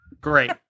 Great